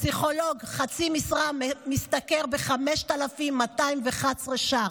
פסיכולוג בחצי משרה משתכר 5,211 שקלים.